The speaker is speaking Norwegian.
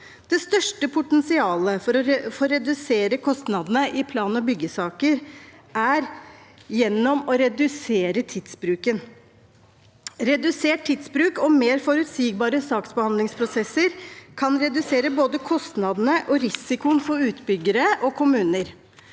Det største potensialet for å redusere kostnadene i plan- og byggesaker er gjennom å redusere tidsbruken. Redusert tidsbruk og mer forutsigbare saksbehandlingsprosesser kan redusere både kostnadene og risikoen for utbyggere og kommuner.